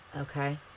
Okay